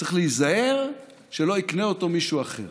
צריך להיזהר שלא יקנה אותו מישהו אחר.